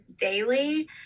daily